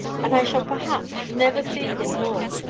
and i shall, perhaps, never see him more,